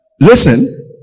Listen